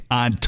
on